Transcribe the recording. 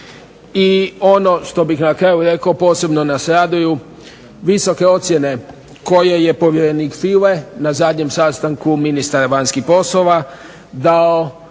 I ono što bih na kraju rekao posebno nas raduju visoke ocjene koje je povjerenik Füle na zadnjem sastanku Ministara vanjskih poslova dao